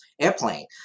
airplane